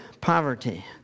poverty